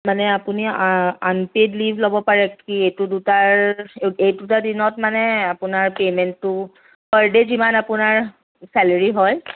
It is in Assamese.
মানে আপুনি আনপেইড লীভ ল'ব পাৰে কি এইটো দুটাৰ এই দুটা দিনত মানে আপোনাৰ পেমেণ্টটো পাৰ দে' যিমান আপোনাৰ চেলেৰী হয়